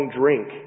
drink